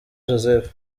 joseph